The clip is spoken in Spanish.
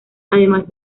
además